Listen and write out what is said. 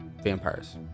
vampires